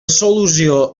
solució